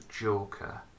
Joker